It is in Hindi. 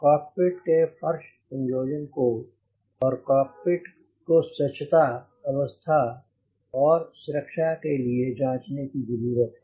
कॉकपिट के फर्श संयोजन को और कॉकपिट को स्वच्छता अवस्था और सुरक्षा के लिए जांचने की जरूरत है